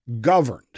governed